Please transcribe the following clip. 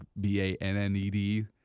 B-A-N-N-E-D